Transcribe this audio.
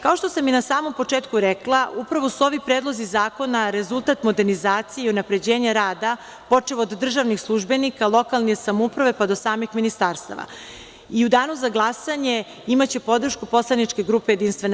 Kao što sam i na samom početku rekla, upravo su ovi predlozi zakona rezultat modernizacije i unapređenje rada počev od državnih službenika, lokalnih samouprava, pa do samim ministarstava i u danu za glasanje imaće podršku poslaničke grupe JS.